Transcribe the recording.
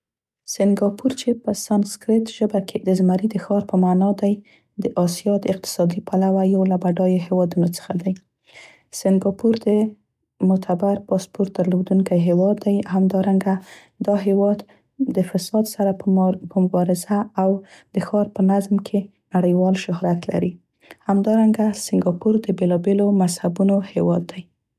سینګاپور چې په سانسکریت ژبه کې د(زمري د ښار) په معنا دی د اسیا د اقتصادي پلوه یو له بډایه هیوادونه څخه دی. سینګار د معتبر پاسپورت درلودونکی هیواد دی. همدارنګه دا هیواد د فساد سره په مبارزه او د ښار په نظم کې نړیوال شهرت لري. همدارنګه سینګاپور د بیلابیلو مذهبونو هیواد دی.